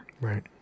Right